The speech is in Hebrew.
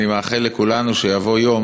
אני מאחל לכולנו שיבוא יום